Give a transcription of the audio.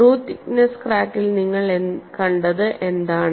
through thickness ക്രാക്കിൽ നിങ്ങൾ കണ്ടത് എന്താണ്